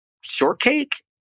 shortcake